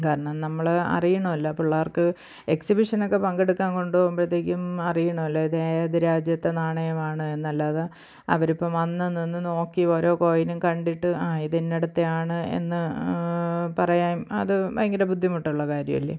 കാരണം നമ്മൾ അറിയണമല്ലോ പിള്ളേര്ക്ക് എക്സിബിഷനൊക്കെ പങ്കെടുക്കാന് കൊണ്ടു പോകുമ്പോഴത്തേക്കും അറിയണമല്ലോ ഇത് ഏത് രാജ്യത്തെ നാണയമാണ് എന്നല്ലാതെ അവർ ഇപ്പോൾ വന്നു നിന്ന് നോക്കി ഓരോ കോയിനും കണ്ടിട്ട് അ ഇത് ഇന്നടുത്തതാണ് എന്ന് പറയാന് അത് ഭയങ്കര ബുദ്ധിമുട്ടുള്ള കാര്യമല്ലെ